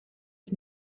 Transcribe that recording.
ich